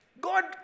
God